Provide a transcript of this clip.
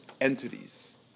entities